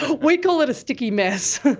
ah we call it a sticky mess,